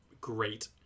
great